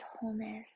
wholeness